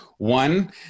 One